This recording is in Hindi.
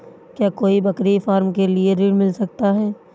क्या कोई बकरी फार्म के लिए ऋण मिल सकता है?